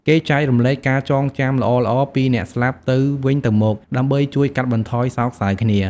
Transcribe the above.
គេចែករំលែកការចងចាំល្អៗពីអ្នកស្លាប់ទៅវិញទៅមក ដើម្បីជួយកាត់បន្ថយសោកសៅគ្នា។